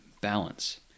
balance